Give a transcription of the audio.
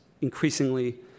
increasingly